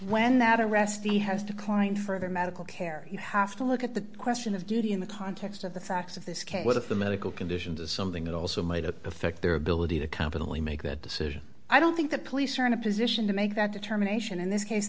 when that arrest he has declined further medical care you have to look at the question of duty in the context of the facts of this case whether the medical conditions is something that also made a perfect their ability to competently make that decision i don't think the police are in a position to make that determination in this case